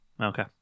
Okay